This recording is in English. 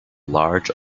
large